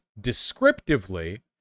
descriptively